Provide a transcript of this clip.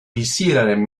bizieraren